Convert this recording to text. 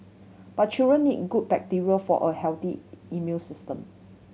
but children need good bacteria for a healthy immune system